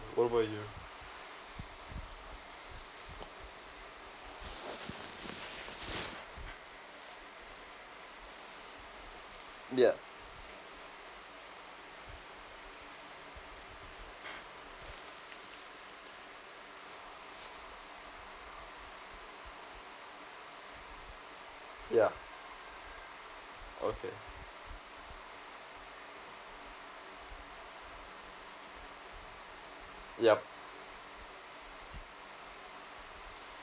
what about you yup yeah okay yup